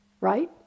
right